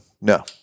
No